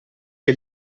che